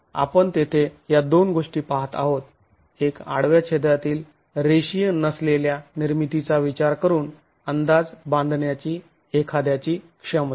तर आपण तेथे ह्या दोन गोष्टी पाहत आहोत एक आडव्या छेदातील रेषीय नसलेल्या निर्मितीचा विचार करून अंदाज बांधण्याची एखाद्याची क्षमता